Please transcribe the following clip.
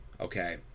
okay